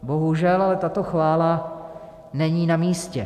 Bohužel ale tato chvála není namístě.